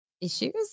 issues